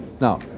Now